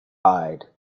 hide